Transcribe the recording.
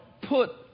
put